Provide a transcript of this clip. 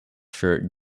shirt